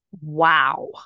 Wow